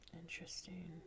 Interesting